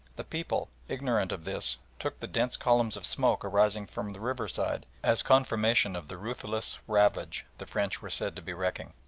the people, ignorant of this, took the dense columns of smoke arising from the riverside as confirmation of the ruthless ravage the french were said to be wrecking.